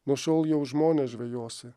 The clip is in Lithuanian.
nuo šiol jau žmones žvejosi